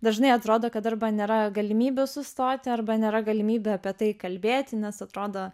dažnai atrodo kad arba nėra galimybių sustoti arba nėra galimybių apie tai kalbėti nes atrodo